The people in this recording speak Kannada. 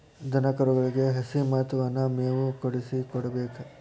ದನಕರುಗಳಿಗೆ ಹಸಿ ಮತ್ತ ವನಾ ಮೇವು ಕೂಡಿಸಿ ಕೊಡಬೇಕ